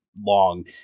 long